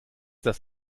das